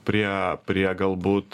prie prie galbūt